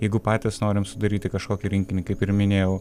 jeigu patys norim sudaryti kažkokį rinkinį kaip ir minėjau